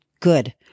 good